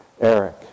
Eric